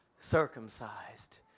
circumcised